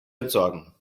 entsorgen